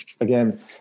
again